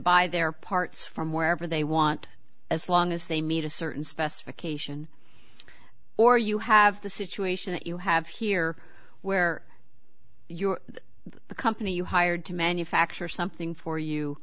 buy their parts from wherever they want as long as they meet a certain specification or you have the situation that you have here where you are the company you hired to manufacture something for you